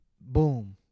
Boom